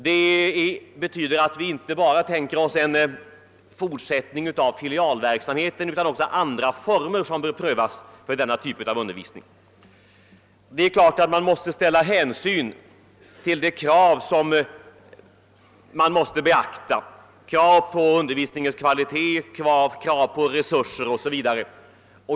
Det betyder att vi inte bara tänker oss en fortsättning av filialverksamheten utan också andra former som bör prövas för denna typ av undervisning. Det är klart att man måste ta hänsyn till sådana krav som måste beaktas, t.ex. kraven på undervisningens kvalitet, kraven på resurser 0. s. v.